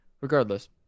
Regardless